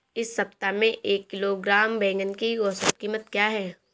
इस सप्ताह में एक किलोग्राम बैंगन की औसत क़ीमत क्या है?